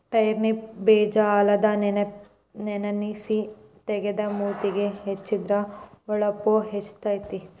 turnip ಬೇಜಾ ಹಾಲದಾಗ ನೆನಸಿ ತೇದ ಮೂತಿಗೆ ಹೆಚ್ಚಿದ್ರ ಹೊಳಪು ಹೆಚ್ಚಕೈತಿ